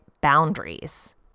boundaries